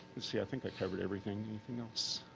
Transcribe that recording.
let's see, i think i covered everything. anything else?